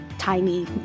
tiny